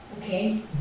Okay